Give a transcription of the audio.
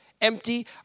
empty